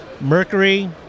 Mercury